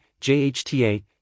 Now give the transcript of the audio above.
JHTA